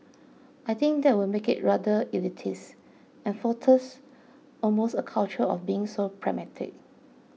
I think that would make it rather elitist and fosters almost a culture of being so pragmatic